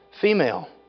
female